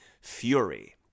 Fury